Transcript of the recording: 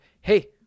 hey